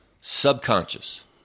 subconscious